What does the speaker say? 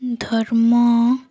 ଧର୍ମ